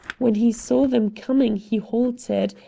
when he saw them coming he halted,